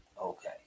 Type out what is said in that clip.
Okay